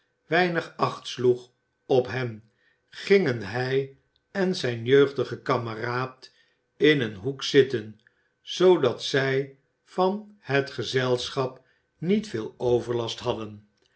weinig acht sloeg op hen gingen hij en zijn jeugdige kameraad in een hoek zitten zoodat zij van het gezelschap niet veel overlast hadden